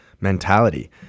mentality